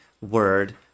word